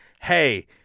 hey